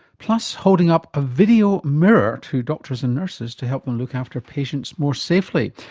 plus holding up a video mirror to doctors and nurses to help them look after patients more safely.